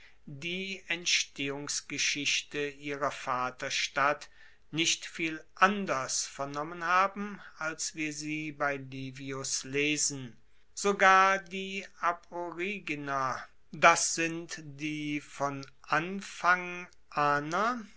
die entstehungsgeschichte ihrer vaterstadt nicht viel anders vernommen haben als wir sie bei livius lesen sogar die aboriginer das sind die vonanfanganer